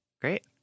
Great